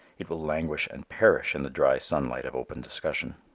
it will languish and perish in the dry sunlight of open discussion.